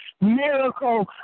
miracle